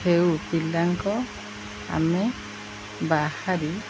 ହେଉ ପିଲାଙ୍କ ଆମେ ବାହାରି